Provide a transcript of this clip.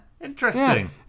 Interesting